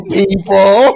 people